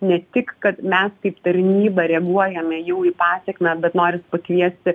ne tik kad mes kaip tarnyba reaguojame jau į pasekmę bet noris pakviesti